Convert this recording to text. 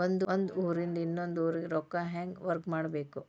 ಒಂದ್ ಊರಿಂದ ಇನ್ನೊಂದ ಊರಿಗೆ ರೊಕ್ಕಾ ಹೆಂಗ್ ವರ್ಗಾ ಮಾಡ್ಬೇಕು?